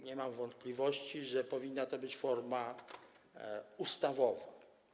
Nie mam wątpliwości, że powinna to być forma ustawowa.